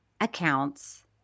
accounts